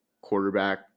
quarterback